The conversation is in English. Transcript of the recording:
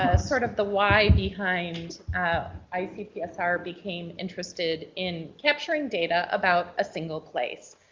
ah sort of the why behind icpsr became interested in capturing data about a single place.